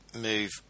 move